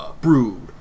Brood